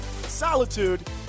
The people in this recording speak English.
solitude